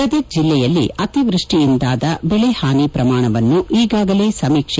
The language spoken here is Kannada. ಗದಗ್ ಜಿಲ್ಡೆಯಲ್ಲಿ ಅತಿವ್ಬಡ್ಸಿಯಿಂದಾದ ಬೆಳೆಹಾನಿ ಪ್ರಮಾಣವನ್ನು ಈಗಾಗಲೇ ಸಮೀಕ್ಷೆ